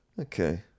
Okay